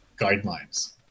guidelines